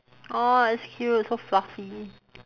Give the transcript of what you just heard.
!aww! it's cute so fluffy